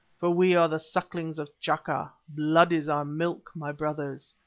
for we are the sucklings of chaka, blood is our milk, my brothers.